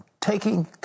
taking